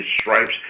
stripes